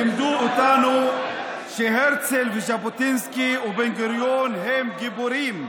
לימדו אותנו שהרצל וז'בוטינסקי ובן-גוריון הם גיבורים.